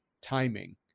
timing